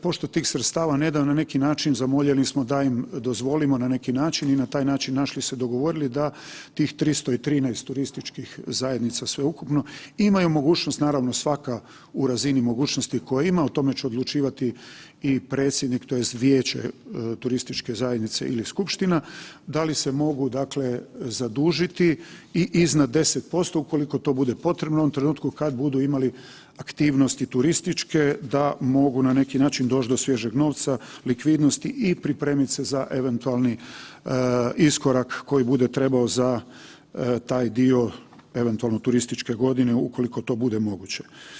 Pošto tih sredstava … [[Govornik se ne razumije]] na neki način zamoljeni smo da im dozvolimo na neki način i na taj način naši su dogovorili da tih 313 turističkih zajednica sveukupno imaju mogućnost naravno svaka u razina mogućnosti koju ima, o tome će odlučivati i predsjednik tj. vijeće turističke zajednice ili skupština, da li se mogu, dakle zadužiti i iznad 10% ukoliko to bude potrebno, u ovom trenutku kad budu imali aktivnosti turističke da mogu na neki način doć do svježeg novca, likvidnost i pripremit se za eventualni iskorak koji bude trebao za taj dio eventualno turističke godine ukoliko to bude moguće.